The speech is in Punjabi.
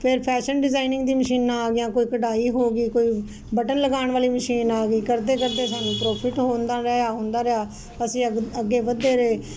ਫਿਰ ਫੈਸ਼ਨ ਡਿਜ਼ਾਇਨਿੰਗ ਦੀਆਂ ਮਸ਼ੀਨਾਂ ਆ ਗਈਆਂ ਕੋਈ ਕਢਾਈ ਹੋ ਗਈ ਕੋਈ ਬਟਨ ਲਗਾਣ ਵਾਲੀ ਮਸ਼ੀਨ ਆ ਗਈ ਕਰਦੇ ਕਰਦੇ ਸਾਨੂੰ ਪ੍ਰੋਫਿਟ ਹੁੰਦਾ ਗਿਆ ਹੁੰਦਾ ਗਿਆ ਅਸੀਂ ਅੱਗੇ ਵਧਦੇ ਗਏ